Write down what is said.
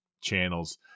channels